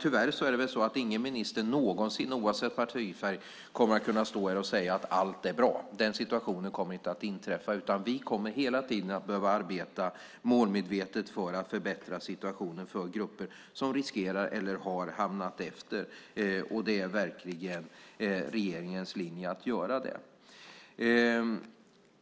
Tyvärr kommer ingen minister någonsin, oavsett partifärg, att kunna stå här och säga att allt är bra. Den situationen kommer inte att inträffa, utan vi kommer hela tiden att behöva arbeta målmedvetet för att förbättra situationen för grupper som riskerar att hamna, eller har hamnat, efter. Det är regeringens linje att verkligen göra